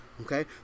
Okay